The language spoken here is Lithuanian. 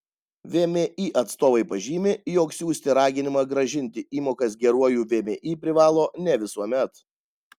vmi atstovai pažymi jog siųsti raginimą grąžinti įmokas geruoju vmi privalo ne visuomet